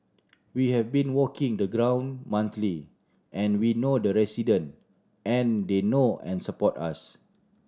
we have been walking the ground monthly and we know the resident and they know and support us